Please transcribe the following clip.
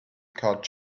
card